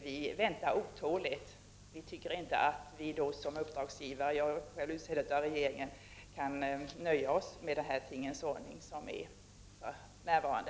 Vi kan inte som uppdragsgivare — jag är själv utsedd av regeringen — nöja oss med nuvarande tingens ordning.